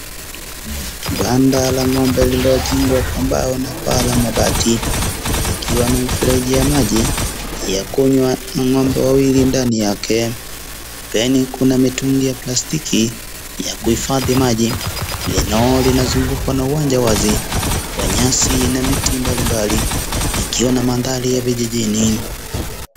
Banda la ngombe lililojengwa kwa mbao napaa la mabati likiwa na mifereji ya maji ya kunywa na ngombe wawili ndani yake. Pembeni kuna mitungi ya plastiki ya kuhifadhi maji . Linoo linazungukwa na uwanja wazi wa nyasi na miti mbalibali.